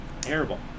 Terrible